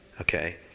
okay